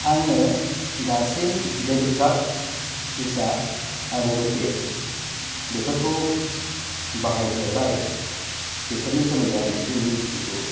आङो दासिम debit card Visa आरो रुपे बेफोरखौ बाहायफेरबाय बेफोरनि सोमोन्दै आं एसे एनै मिथिगौ